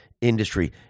industry